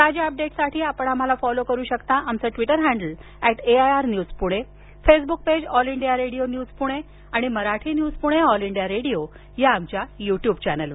ताज्या अपडेट्ससाठी आपण आम्हाला फॉलो करु शकता आमचं Twitter handle at AIR news Pune Facebook page All India Radio news Pune आणि Marathi news Pune All India Radio या आमच्या यूट्यूब चॅनेलवर